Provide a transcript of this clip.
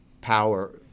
power